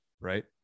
right